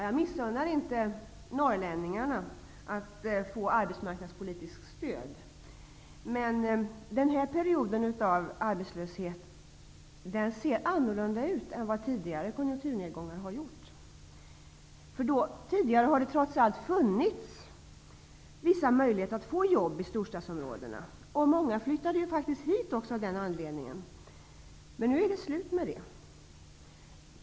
Jag missunnar inte norrlänningarna arbetsmarknadspolitiskt stöd, men den här perioden med arbetslöshet ser helt annorlunda ut än vad tidigare konjunkturnedgångar gjort. Då har det trots allt funnits vissa möjligheter att få jobb i storstadsområdena -- och många flyttade ju faktiskt hit av den anledningen -- men nu är det slut med det.